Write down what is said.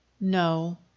No